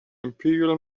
imperial